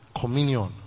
communion